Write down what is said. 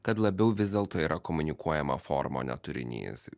kad labiau vis dėlto yra komunikuojama forma o ne turinys